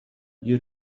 you